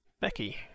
Becky